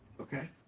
Okay